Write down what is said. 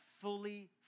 fully